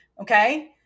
okay